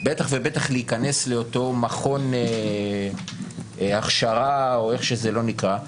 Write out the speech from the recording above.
בטח ובטח להיכנס לאותו מכון הכשרה או איך שזה לא נקרא,